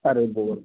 अरे बोल